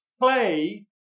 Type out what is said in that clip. play